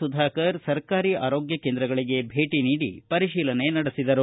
ಸುಧಾಕರ್ ಸರ್ಕಾರಿ ಆರೋಗ್ಯ ಕೇಂದ್ರಗಳಿಗೆ ಭೇಟಿ ನೀಡಿ ಪರಿತೀಲನೆ ನಡೆಸಿದರು